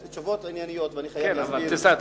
יש לי תשובות ענייניות ואני חייב להסביר את הנושא.